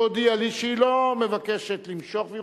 שהודיעה לי שהיא לא מבקשת למשוך והיא